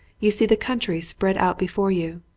you see the country spread out before you.